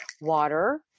water